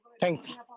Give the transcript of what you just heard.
thanks